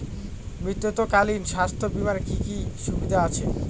মাতৃত্বকালীন স্বাস্থ্য বীমার কি কি সুবিধে আছে?